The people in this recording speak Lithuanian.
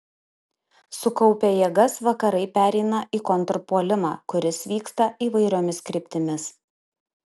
sukaupę jėgas vakarai pereina į kontrpuolimą kuris vyksta įvairiomis kryptimis